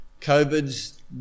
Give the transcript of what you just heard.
COVID's